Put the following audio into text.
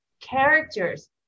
characters